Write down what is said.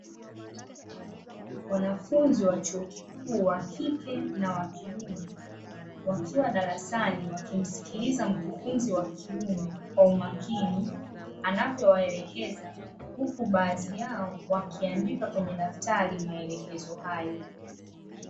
Wanafunzi wa chuo kikuu wakike na wakiume wakiwa darasani wakimsikiliza mkufunzi wa kiume kwa umakini, anavyowaelekeza huku baadhi yao wakiandika kwenye daftari maelekezo hayo.